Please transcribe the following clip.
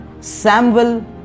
Samuel